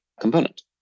component